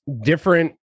different